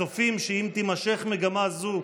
הצופים שאם תימשך מגמה זו,